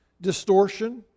distortion